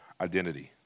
identity